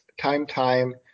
time-time